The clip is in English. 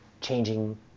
changing